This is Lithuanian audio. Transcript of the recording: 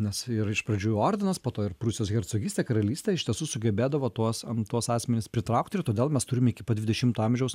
nes ir iš pradžių ordinas po to ir prūsijos hercogystė karalystė iš tiesų sugebėdavo tuos an tuos asmenis pritraukt ir todėl mes turim iki pat dvidešimto amžiaus